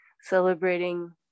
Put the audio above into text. celebrating